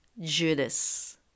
Judas